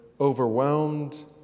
overwhelmed